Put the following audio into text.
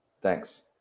Thanks